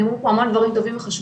נאמרו פה המון דברים טובים וחשובים,